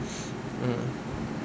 mm